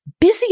busy